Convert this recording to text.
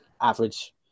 average